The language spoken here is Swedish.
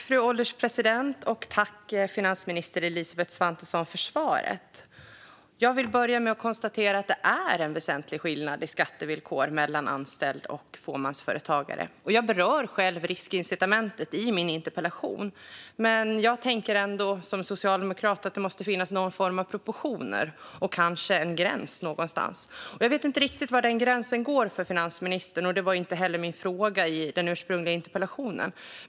Fru ålderspresident! Tack för svaret, finansminister Elisabeth Svantesson! Jag vill börja med att konstatera att det är en väsentlig skillnad i skattevillkor mellan anställd och fåmansföretagare. Jag berör själv riskincitamentet i min interpellation. Men jag tänker ändå som socialdemokrat att det måste finnas någon form av proportioner och kanske en gräns någonstans. Jag vet inte riktigt var den gränsen går för finansministern, och det var heller inte min fråga i den ursprungliga interpellationen.